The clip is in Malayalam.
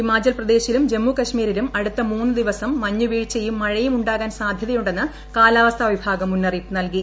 ഹിമാചൽ പ്രദേശിലും ജമ്മു കശ്മീരിലും അടുത്ത മൂന്നു ദിവസം മഞ്ഞുവീഴ്ചയും മഴയും ഉണ്ടാകാൻ സാധൃതയുണ്ടെന്ന് കാലാവസ്ഥാ വിഭാഗം മുന്നറിയിപ്പ് നൽകി